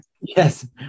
Yes